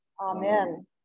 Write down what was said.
Amen